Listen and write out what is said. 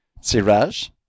Siraj